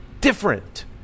different